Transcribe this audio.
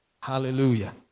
Hallelujah